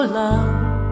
love